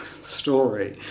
story